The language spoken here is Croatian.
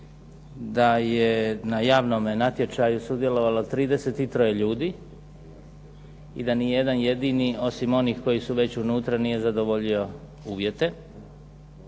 da je na javnome natječaju sudjelovalo 33 ljudi i da ni jedan jedini osim onih koji su već unutra nije zadovoljio uvjete.